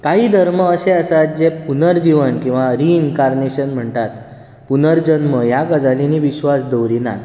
काही धर्म अशें आसात जे पुर्नजिवन किंवा रिइनर्कानेशन म्हणटात पुर्नजल्म ह्या गजालींनी विश्वास दवरीनात